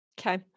Okay